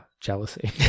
jealousy